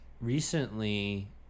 recently